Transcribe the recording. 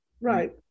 right